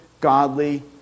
godly